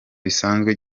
bisanzwe